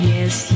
Yes